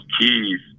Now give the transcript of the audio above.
keys